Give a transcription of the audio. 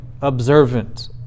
observant